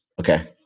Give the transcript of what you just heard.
Okay